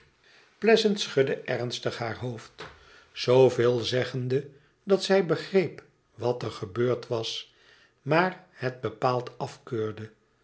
pleasant schudde ernstig haar hoofd zooveel zeggende dat zij begreep wat er gebeurd was maar het bepaald afkeurde